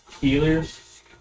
healers